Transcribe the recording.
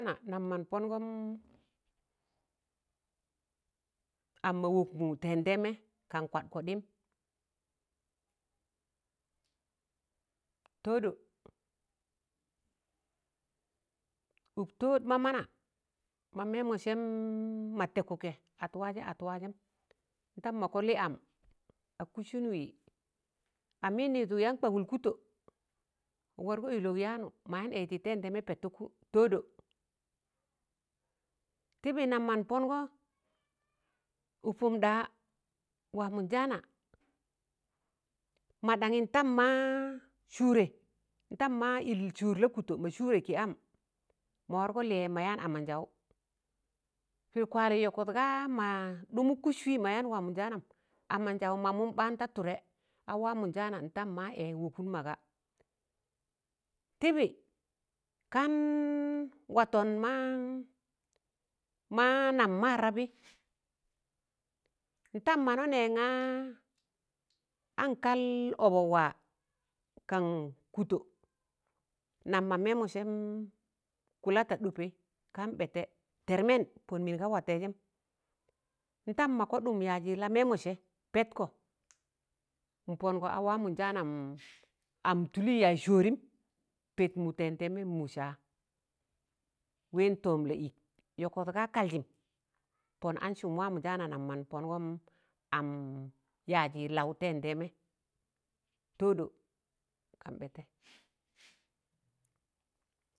Na, nam mọn pọngọm, am ma wọk mụ tẹẹndẹẹmẹ, kankwad kọɗịm, tọọdọ, ụk tọọd ma mana, ma mẹmọ sẹm ma tẹkụkẹ at wajẹ at wajẹm, n'dam mọ ga lị am ag kụsụn wi, amị nịịdụ ịg yaan kwagụl kụtọ, ag wargọ ịlọ ag yaanụ, ma yaan ẹẹzị tẹmdẹẹmẹ pẹtụk kụ tọọdọ tịbị nam mọn pọngọ, ụkụm ḍaa wamọ njaana ma ɗaṇyị n'tam ma sụụrẹ, n'tam ma ịl sụụr la kụtọ ma sụụrẹ kị am ma wargọ lịyẹ ma yaan amanjaụ, pịdị kwalẹ yọkọt ga ma ɗụmụk kụswị ma yaan wa mọ njaanam, amanjaụ mamụm ɓaan ta tụdẹn jaana ntam ma ẹ wọkụn maga tịbị kaan watọn ma ma nam ma n'rabị, ntam mọna nẹ ṇa an kal ọbọk wa kan kụtọ nam ma mẹ nọ sẹm kụlata ɗọpẹ kan ɓ̣ẹtẹ tẹr mẹn pọn min ga watai jẹm n'dam mọ ga ɗụm yazị la mẹmọ sẹ pẹt kọ, n'pọngọ awamọ njaanam am tụlị yaz sọọrịm, pẹt mụ tẹmdẹẹmẹ mụ saa wẹẹn tọọm lọ ịk yọkọt ga kaljim, pọn an sụm wa mọ njaana nam mọn pọngọm am yaji laụ tẹm dẹẹmẹ tọọdọ kan ɓ̣ẹtẹi